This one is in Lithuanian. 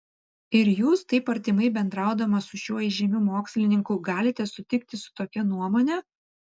ir jūs taip artimai bendraudama su šiuo įžymiu mokslininku galite sutikti su tokia nuomone